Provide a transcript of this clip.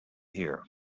here